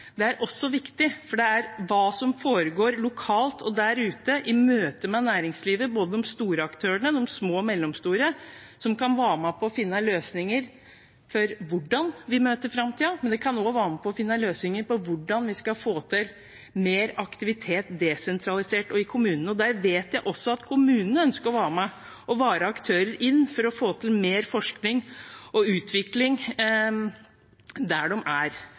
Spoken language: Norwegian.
det er også viktig, hva som foregår lokalt der ute, i møte med næringslivet. Både de store aktørene og de små og mellomstore kan være med på å finne løsninger for hvordan vi møter framtiden, men de kan også være med på å finne løsninger for hvordan vi skal få til mer aktivitet desentralisert og i kommunene. Jeg vet at også kommunene ønsker å være med og være aktører inn for å få til mer forskning og utvikling der de er,